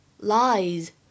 lies